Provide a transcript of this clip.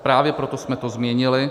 Právě proto jsme to změnili.